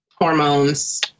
hormones